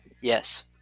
Yes